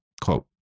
quote